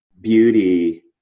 beauty